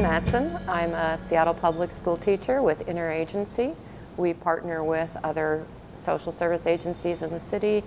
happen i'm a seattle public school teacher with inner agency we partner with other social service agencies of the city